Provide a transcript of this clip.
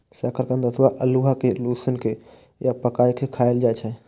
शकरकंद अथवा अल्हुआ कें उसिन के या पकाय के खायल जाए छै